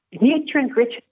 nutrient-rich